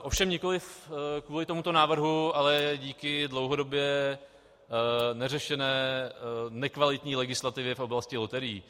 Ovšem nikoliv kvůli tomuto návrhu, ale díky dlouhodobě neřešené nekvalitní legislativě v oblasti loterií.